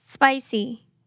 Spicy